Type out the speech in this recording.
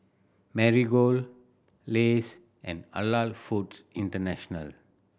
Marigold Lays and Halal Foods International